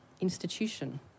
institution